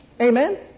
Amen